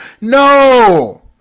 No